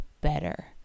better